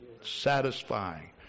Satisfying